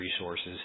resources